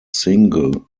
single